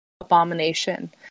abomination